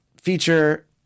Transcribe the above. feature